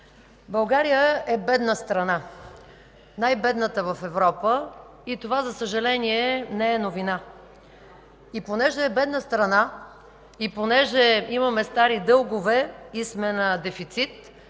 България е бедна страна, най-бедната в Европа и това, за съжаление, не е новина. И понеже е бедна страна, и понеже имаме стари дългове и сме на дефицит,